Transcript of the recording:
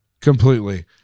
Completely